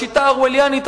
בשיטה האורווליאנית,